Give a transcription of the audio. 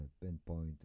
pinpoint